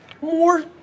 more